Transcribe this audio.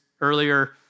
earlier